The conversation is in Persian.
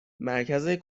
مرکز